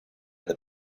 that